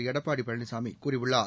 எடப்பாடி பழனிசாமி கூறியுள்ளார்